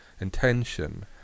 intention